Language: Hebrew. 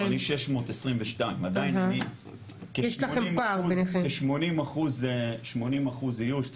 אני 622 עדיין אני כ-80 אחוז איוש,